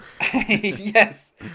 yes